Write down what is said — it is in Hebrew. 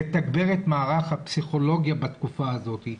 לתגבר את מערך הפסיכולוגיה בתקופה הזאת.